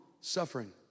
suffering